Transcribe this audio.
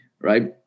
Right